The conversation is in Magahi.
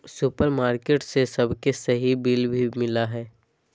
सुपरमार्केट से सबके सही बिल भी मिला हइ